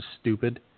stupid